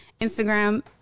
Instagram